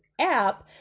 app